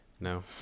No